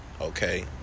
okay